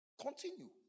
Continue